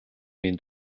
энд